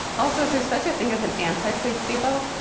also, is there such a thing as an anti placebo?